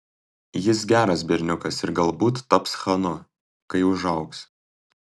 jis geras berniukas ir galbūt taps chanu kai užaugs